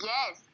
Yes